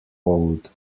old